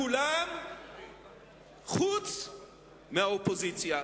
כולם חוץ מהאופוזיציה.